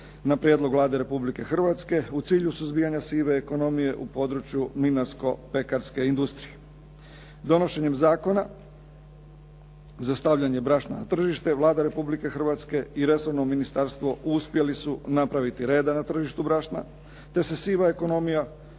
na prijedlog Vlade Republike Hrvatske u cilju suzbijanja sive ekonomije u području mlinarsko pekarske industrije. Donošenjem Zakona za stavljanje brašna na tržište Vlada Republike Hrvatske i resorno ministarstvo uspjeli su napraviti reda na tržištu brašna, te se siva ekonomije